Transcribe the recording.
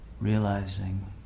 realizing